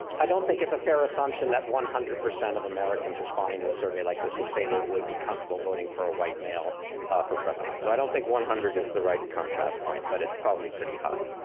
i don't think it's a fair assumption that one hundred percent of americans responding to a survey like this would say they would be comfortable voting for a white male for president. so i don't think one hundred is the right contrast point, but it's probably pretty high.